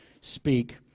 speak